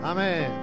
Amen